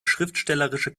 schriftstellerische